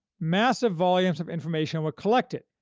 massive volumes of information were collected,